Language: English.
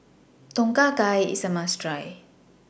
Tom Kha Gai IS A must Try